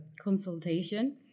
consultation